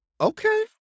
okay